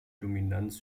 dominanz